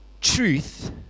truth